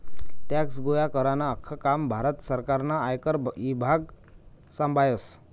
tax गोया करानं आख्खं काम भारत सरकारनं आयकर ईभाग संभायस